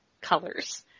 colors